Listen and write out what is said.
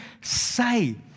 say